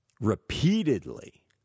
repeatedly